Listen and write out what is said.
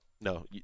No